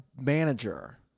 manager